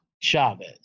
Chavez